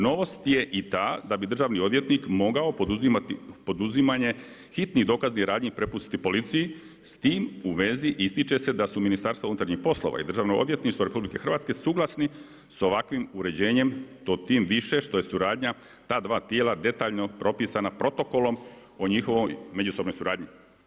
Novost je i ta da bi državni odvjetnik mogao poduzimati poduzimanje hitnih dokaznih radnji prepusti policiji, s tim u vezi ističe se da su Ministarstvo unutarnjih poslova i Državno odvjetništvo RH, suglasni s ovakvim uređenjem, to tim više što je suradnja ta dva detalja, detaljno propisano protokolom o njihovoj međusobnoj suradnji.